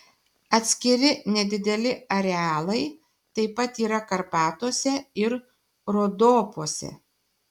atskiri nedideli arealai taip pat yra karpatuose ir rodopuose